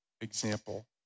example